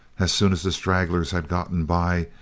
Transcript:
as soon as the stragglers had gotten by,